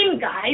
guys